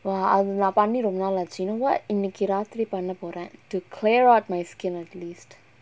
அது நா பண்ணி ரொம்ப நாள் ஆச்சு:athu naa panni romba naal aachu you know what இன்னைக்கு ராத்திரி பண்ண போறேன்:innaikki rathiri panna poren to clear out my skin at least